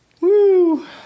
Woo